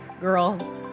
Girl